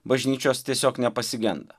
bažnyčios tiesiog nepasigenda